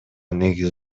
негиз